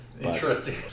Interesting